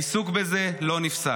העיסוק בזה לא נפסק.